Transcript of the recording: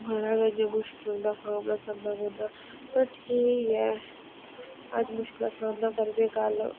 बड़ा गै इ'यां मुश्कल दा सामना करना पौंदा पर ठीक ऐ अज्ज मुश्कलां दा सामना करगे कल